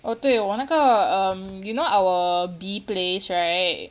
orh 对我那个 um you know our bee place right